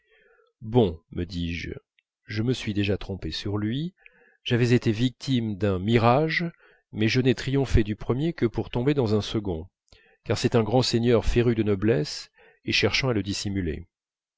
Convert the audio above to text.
bon me dis-je je me suis déjà trompé sur lui j'avais été victime d'un mirage mais je n'ai triomphé du premier que pour tomber dans un second car c'est un grand seigneur féru de noblesse et cherchant à le dissimuler